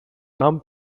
nam